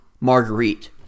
Marguerite